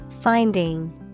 Finding